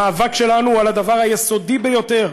המאבק שלנו הוא על הדבר היסודי ביותר,